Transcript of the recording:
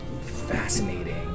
fascinating